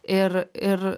ir ir